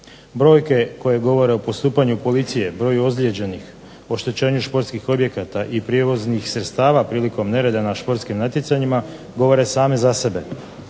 Brojke koje govore o postupanju policije, broju ozlijeđenih, oštećenju športskih objekata, i prijevoznih sredstava prilikom nereda na športskim natjecanjima govore same za sebe.